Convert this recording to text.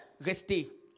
rester